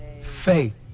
faith